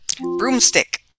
Broomstick